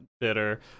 bitter